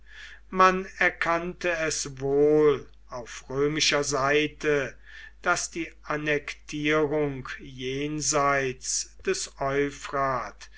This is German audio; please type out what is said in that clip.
man erkannte es wohl auf römischer seite daß die annektierung jenseits des